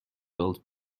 built